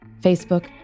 Facebook